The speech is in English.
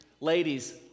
Ladies